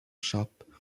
shops